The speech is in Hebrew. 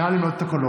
נא למנות את הקולות.